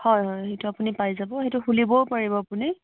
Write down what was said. হয় হয় সেইটো আপুনি পাই যাব সেইটো খুলিবও পাৰিব আপুনি